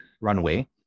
runway